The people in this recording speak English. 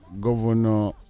governor